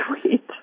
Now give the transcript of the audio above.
sweet